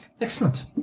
Excellent